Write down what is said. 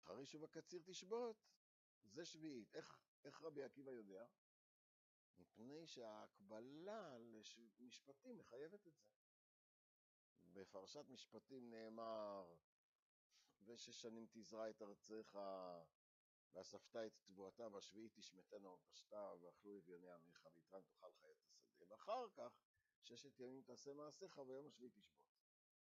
חריש ובקציר תשבות, זה שביעית. איך רבי עקיבא יודע? מפני שההקבלה למשפטים מחייבת את זה. בפרשת משפטים נאמר, ושש שנים תזרע את ארצך, ואספתה את תבואתה, והשביעית תשמטנה ונטשתה, ואכלו אביוני עמך, ויתרם תאכל חית השדה. ואחר כך, ששת ימים תעשה מעשיך וביום השביעי תשבות